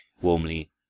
warmly